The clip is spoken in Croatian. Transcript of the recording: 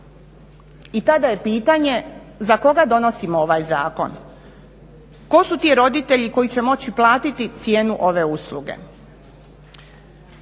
I tada je pitanje za koga donosimo ovaj zakon? Tko su ti roditelji koji će moći platiti cijenu ove usluge?